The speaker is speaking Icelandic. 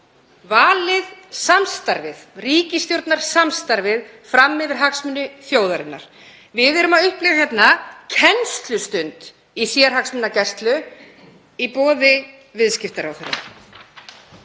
valið samstarfið, ríkisstjórnarsamstarfið, fram yfir hagsmuni þjóðarinnar. Við erum að upplifa hérna kennslustund í sérhagsmunagæslu í boði viðskiptaráðherra.